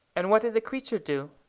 and what did the creature do?